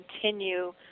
continue